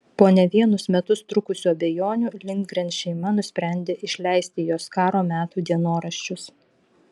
po ne vienus metus trukusių abejonių lindgren šeima nusprendė išleisti jos karo metų dienoraščius